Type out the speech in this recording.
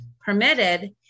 permitted